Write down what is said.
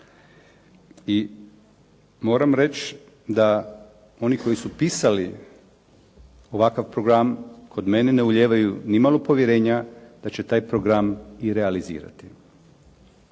I moram reći da oni koji su pisali ovakav program kod mene ne ulijevaju ni malo povjerenja da će taj program i realizirati.